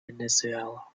venezuela